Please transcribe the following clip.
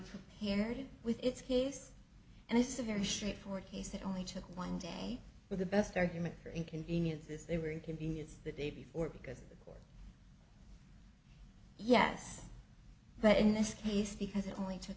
here with its case and it's a very straightforward case it only took one day for the best argument for inconveniences they were inconvenienced the day before because yes but in this case because it only took